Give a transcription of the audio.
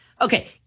Okay